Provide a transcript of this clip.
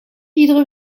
iedere